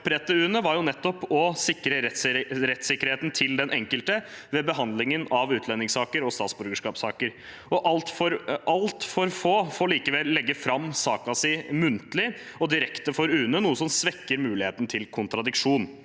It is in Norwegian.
opprette UNE var jo nettopp å sikre rettssikkerheten til den enkelte ved behandlingen av utlendingssaker og statsborgerskapssaker. Alt for få får likevel legge fram saken sin muntlig og direkte for UNE, noe som svekker muligheten til kontradiksjon.